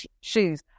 shoes